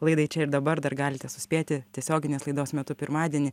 laidai čia ir dabar dar galite suspėti tiesioginės laidos metu pirmadienį